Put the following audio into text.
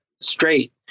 straight